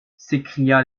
s’écria